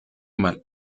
mal